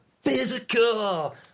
physical